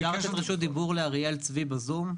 אפשר לתת רשות דיבור לאריאל צבי בזום?